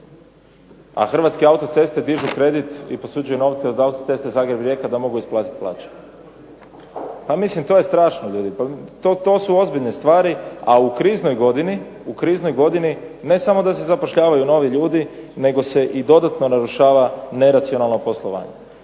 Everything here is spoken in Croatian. a Hrvatske autoceste dižu kredit i posuđuju novce od Autocesta Zagreb-Rijeka da mogu isplatiti plaće. Pa mislim to je strašno ljudi, to su ozbiljne stvari. A u kriznoj godini ne samo da se zapošljavaju novi ljudi, nego se i dodatno narušava neracionalno poslovanje.